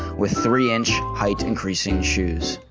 with three inch height increasing shoes.